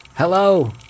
Hello